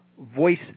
voice